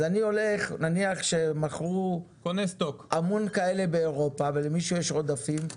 נניח שמכרו המון כאלה באירופה ולמי שיש עודפים,